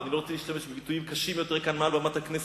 ואני לא רוצה להשתמש בביטויים קשים יותר כי אני על במת הכנסת,